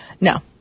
No